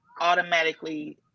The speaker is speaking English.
automatically